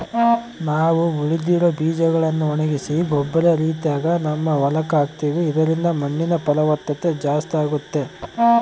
ನಾವು ಉಳಿದಿರೊ ಬೀಜಗಳ್ನ ಒಣಗಿಸಿ ಗೊಬ್ಬರ ರೀತಿಗ ನಮ್ಮ ಹೊಲಕ್ಕ ಹಾಕ್ತಿವಿ ಇದರಿಂದ ಮಣ್ಣಿನ ಫಲವತ್ತತೆ ಜಾಸ್ತಾಗುತ್ತೆ